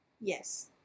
Yes